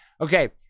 Okay